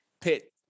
pit